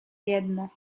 jedno